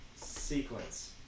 Sequence